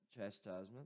chastisement